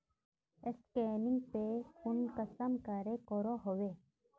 Scanning पे कुंसम करे करो होबे?